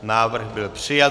Návrh byl přijat.